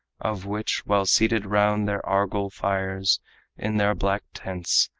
of which, while seated round their argol fires in their black tents,